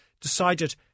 decided